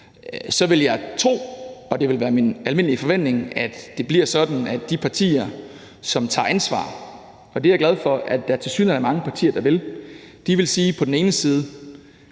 I«, vil jeg tro, og det vil være min almindelige forventning, at det bliver sådan, at de partier, som tager ansvar – og det er jeg glad for at der tilsyneladende er mange partier der vil – vil sige: Det her